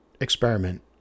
experiment